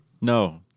no